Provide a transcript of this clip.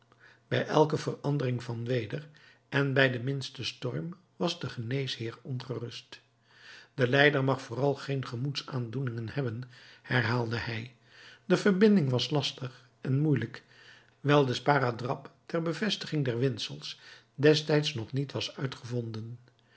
bij elke verandering van weder en bij den minsten storm was de geneesheer ongerust de lijder mag vooral geen gemoedsaandoeningen hebben herhaalde hij de verbinding was lastig en moeielijk wijl de sparadrap ter bevestiging der windsels destijds nog niet was uitgevonden